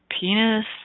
penis